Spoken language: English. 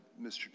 Mr